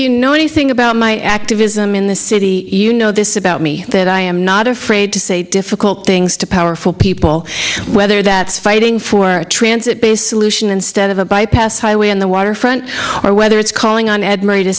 you know anything about my activism in the city you know this about me that i am not afraid to say difficult things to powerful people whether that fighting for a transit based solution instead of a bypass highway on the waterfront or whether it's calling on